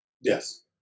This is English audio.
Yes